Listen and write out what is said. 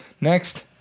Next